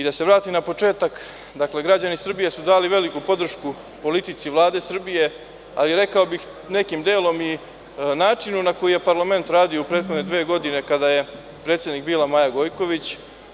Da se vratim na početak, dakle građani Srbije su dali veliku podršku politici Vlade Srbije, ali rekao bih nekim delom i načinu na koji je parlament radio u prethodne dve godine kada je predsednika bila Maja Gojković.